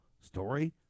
story